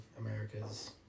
America's